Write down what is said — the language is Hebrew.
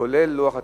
כולל לוח התיקונים.